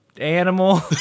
animal